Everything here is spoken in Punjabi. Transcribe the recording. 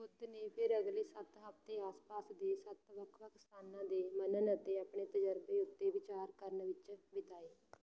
ਬੁੱਧ ਨੇ ਫਿਰ ਅਗਲੇ ਸੱਤ ਹਫ਼ਤੇ ਆਸ ਪਾਸ ਦੇ ਸੱਤ ਵੱਖ ਵੱਖ ਸਥਾਨਾਂ ਦੇ ਮਨਨ ਅਤੇ ਆਪਣੇ ਤਜ਼ਰਬੇ ਉੱਤੇ ਵਿਚਾਰ ਕਰਨ ਵਿਚ ਬਿਤਾਏ